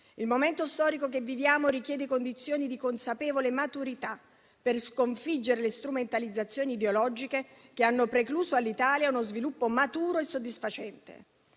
Il momento storico che viviamo richiede condizioni di consapevole maturità per sconfiggere le strumentalizzazioni ideologiche che hanno precluso all'Italia uno sviluppo maturo e soddisfacente.